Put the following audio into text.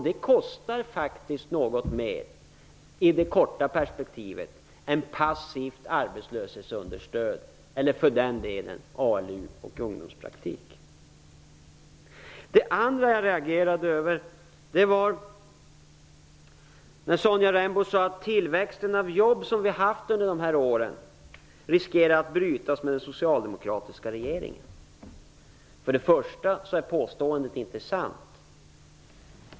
Det kostar faktiskt något mer i det korta perspektivet än passivt arbetslöshetsunderstöd eller ALU och ungdomspraktik. Det andra jag reagerade mot var när Sonja Rembo sade att den tillväxt av jobb som vi haft under dessa år riskerar att brytas av den socialdemokratiska regeringen. Påståendet är för det första inte sant.